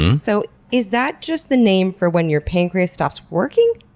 and so is that just the name for when your pancreas stops working?